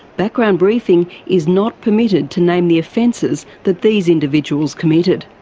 background briefing is not permitted to name the offences that these individuals committed.